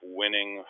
winning